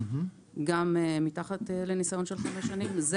גם אם יש לו ניסיון של פחות מחמש שנים.